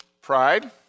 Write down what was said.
Pride